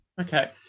Okay